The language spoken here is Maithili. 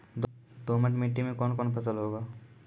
दोमट मिट्टी मे कौन कौन फसल होगा?